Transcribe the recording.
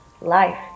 Life